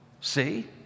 see